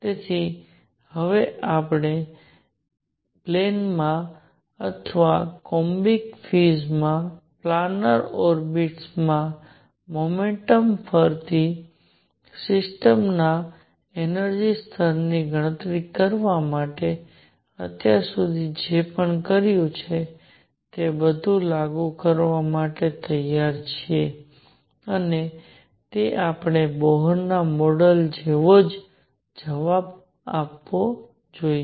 તેથી હવે હવે અમે વિમાનમાં અથવા કોમ્બિક ફીસમાં પ્લાનર ઓર્બિટ્સ માં મોમેન્ટમ કરતી સિસ્ટમના એનર્જિ સ્તરની ગણતરી કરવા માટે અત્યાર સુધી જે કર્યું છે તે બધું લાગુ કરવા માટે તૈયાર છીએ અને તે આપણને બોહર મોડેલ જેવો જ જવાબ આપવો જોઈએ